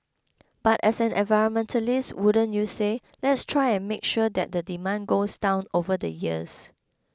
but as an environmentalist wouldn't you say let's try and make sure that the demand goes down over the years